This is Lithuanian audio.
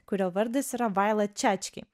kurio vardas yra vailat čečki